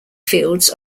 fields